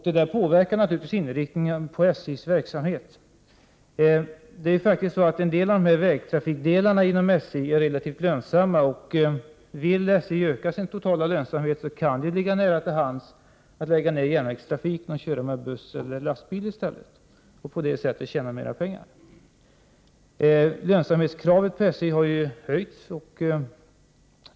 Det påverkar naturligtvis inriktningen av SJ:s verksamhet. En del av vägtrafikdelarna inom SJ är relativt lönsamma. Vill SJ öka sin totala lönsamhet kan det ligga nära till hands att lägga ned järnvägstrafiken och köra med buss eller lastbil i stället och på det sättet tjäna mer pengar. Kravet på lönsamhet hos SJ har ju höjts.